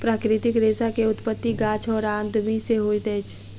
प्राकृतिक रेशा के उत्पत्ति गाछ और आदमी से होइत अछि